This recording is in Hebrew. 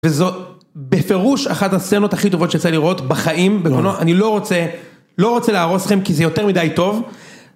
וזאת בפירוש אחת הסצנות הכי טובות שיצא לי לראות בחיים, בגדול אני לא רוצה לא רוצה להרוס לכם כי זה יותר מדי טוב.